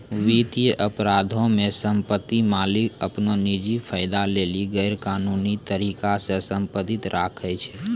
वित्तीय अपराधो मे सम्पति मालिक अपनो निजी फायदा लेली गैरकानूनी तरिका से सम्पति राखै छै